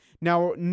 Now